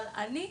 אבל אני,